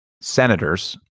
senators